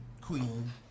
queen